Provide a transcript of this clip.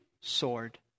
sword